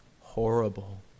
horrible